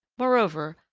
moreover,